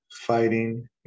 fighting